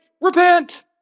Repent